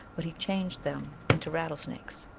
but he changed them into rattlesnakes.